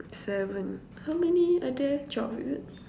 seven how many other twelve is it